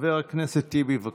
חבר הכנסת טיבי, בבקשה,